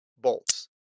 Bolts